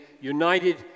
united